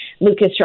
Lucas